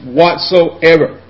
whatsoever